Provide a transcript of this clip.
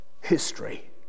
history